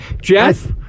Jeff